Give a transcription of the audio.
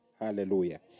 hallelujah